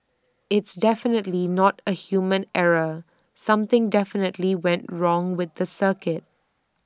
it's definitely not A human error something definitely went wrong with the circuit